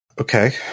Okay